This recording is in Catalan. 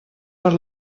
per